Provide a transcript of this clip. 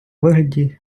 вигляді